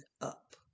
up